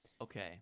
Okay